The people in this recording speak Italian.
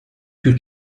più